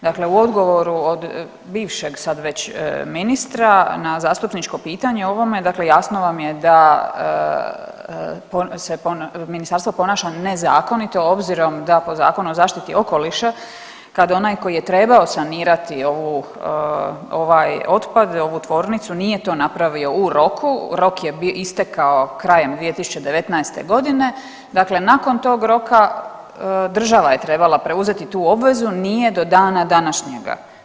Dakle, u odgovoru bivšeg sad već ministra na zastupničko pitanje o ovome dakle jasno vam je da ministarstvo ponaša nezakonito obzirom da po Zakonu o zaštiti okoliša kad onaj koji je trebao sanirati ovaj otpad, ovu tvornicu nije to napravio u roku, rok je istekao krajem 2019.g. dakle nakon tog roka država je trebala preuzeti tu obvezu, nije do dana današnjega.